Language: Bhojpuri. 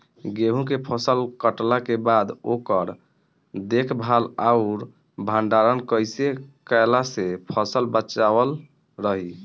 गेंहू के फसल कटला के बाद ओकर देखभाल आउर भंडारण कइसे कैला से फसल बाचल रही?